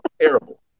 terrible